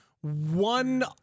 one